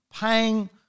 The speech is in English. paying